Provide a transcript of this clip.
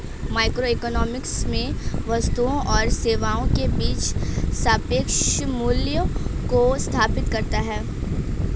microeconomics में वस्तुओं और सेवाओं के बीच सापेक्ष मूल्यों को स्थापित करता है